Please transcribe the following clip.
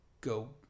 go